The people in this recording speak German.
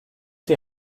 die